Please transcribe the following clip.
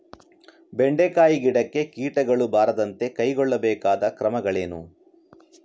ಬೆಂಡೆಕಾಯಿ ಗಿಡಕ್ಕೆ ಕೀಟಗಳು ಬಾರದಂತೆ ಕೈಗೊಳ್ಳಬೇಕಾದ ಕ್ರಮಗಳೇನು?